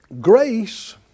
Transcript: Grace